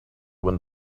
wind